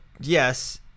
Yes